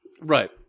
Right